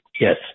Yes